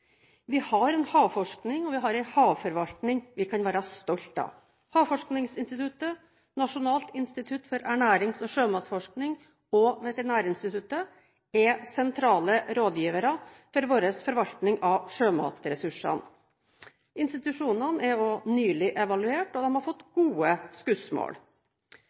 Vi har en havforskning og en havforvaltning vi kan være stolte av. Havforskningsinstituttet, Nasjonalt institutt for ernærings- og sjømatforskning og Veterinærinstituttet er sentrale rådgivere for vår forvaltning av sjømatressursene. Havforskningsinstituttet og NIFES er nylig evaluert, og de har fått gode skussmål.